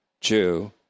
Jew